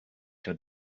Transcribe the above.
your